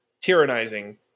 tyrannizing